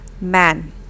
man